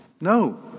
No